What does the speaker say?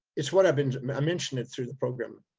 it's what i've been. i mentioned it through the program,